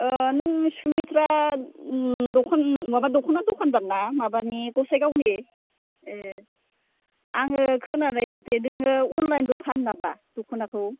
नों माबा सुमिथ्रा दखान माबा दख'ना दखानदार नामा माबानि गसाइगावनि ए आङो खोनानाय मथे नोङो अनलाइनबो फानो नामा दख'नाखौ